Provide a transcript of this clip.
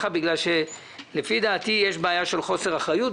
בגלל שלפי דעתי יש בעיה של חוסר אחריות.